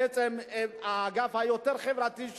בעצם האגף היותר חברתי.